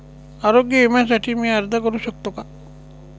आरोग्य विम्यासाठी मी अर्ज करु शकतो का?